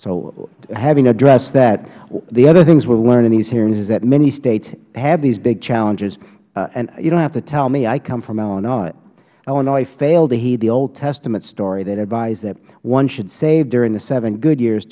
so having addressed that the other things we will learn in these hearings is that many states had these big challenges and you dont have to tell me i come from illinois illinois failed to heed the old testament story that advised that one should save during the seven good years